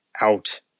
out